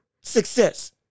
success